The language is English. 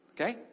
Okay